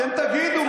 אתם תגידו,